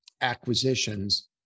acquisitions